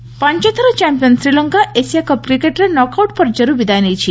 Asia cup ପାଞ୍ଚଥର champion Sri Lanka Asia cup କ୍ରିକେଟ୍ରେ knockout ପର୍ଯ୍ୟାୟରୁ ବିଦାୟ ନେଇଛି